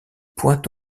point